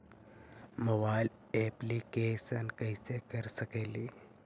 Mobile application कैसे कर सकेली?